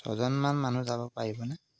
ছজনমান মানুহ যাব পাৰিবনে